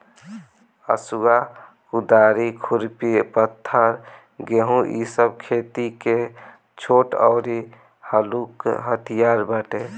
हसुआ, कुदारी, खुरपी, हत्था, हेंगी इ सब खेती के छोट अउरी हलुक हथियार बाटे